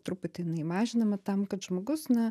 truputį jinai mažinama tam kad žmogus na